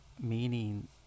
meaning